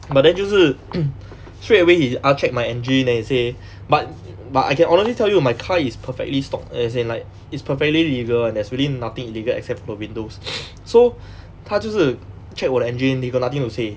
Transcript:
but then 就是 straight away he ah checked my engine and he say but but I can honestly tell you my car is perfectly stock as in like is perfectly legal [one] there's really nothing illegal except for the windows so 他就是 check 我的 engine he got nothing to say